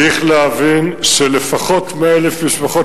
צריך להבין שלפחות 100,000 משפחות